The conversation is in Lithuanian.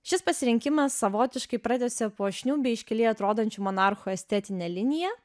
šis pasirinkimas savotiškai pratęsia puošnių bei iškiliai atrodančių monarchų estetinę liniją